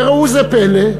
וראו זה פלא,